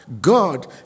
God